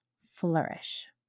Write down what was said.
flourish